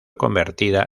convertida